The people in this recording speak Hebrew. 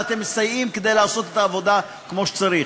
ואתם מסייעים לעשות את העבודה כמו שצריך.